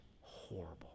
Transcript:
horrible